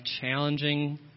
challenging